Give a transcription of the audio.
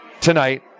tonight